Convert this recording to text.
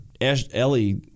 Ellie